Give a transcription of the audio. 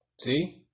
see